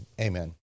amen